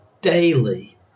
daily